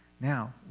Now